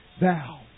thou